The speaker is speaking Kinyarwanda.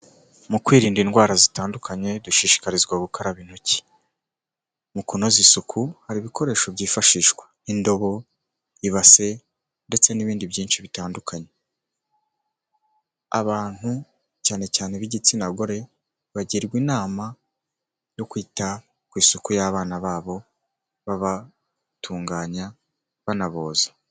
Mu kwirinda indwara zitandukanye dushishikarizwa gukaraba intoki mu kunoza isuku, hari ibikoresho byifashishwa indobo, ibase n'ibindi byinshi bitandukanye. Abantu cyane cyane b'igitsina gore bagirwa inama yo kwita ku isuku y'abana babo babatunganya banaboza.